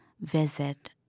visit